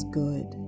good